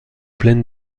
pleine